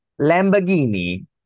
Lamborghini